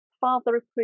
father-approved